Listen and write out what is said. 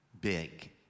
big